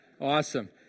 Awesome